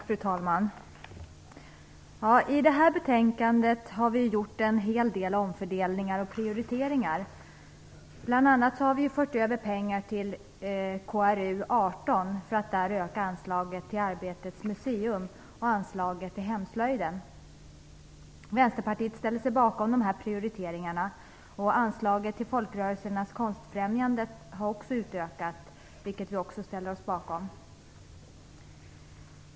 Fru talman! I detta betänkande har vi gjort en hel del omfördelningar och prioriteringar. Bl.a. har vi fört över pengar till KrU18 för att där öka anslaget till Arbetets museum och anslaget till hemslöjden. Vänsterpartiet ställer sig bakom dessa prioriteringar. Även anslaget till Folkrörelsernas konstfrämjande har utökats, vilket vi också ställer oss bakom.